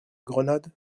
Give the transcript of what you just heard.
grenade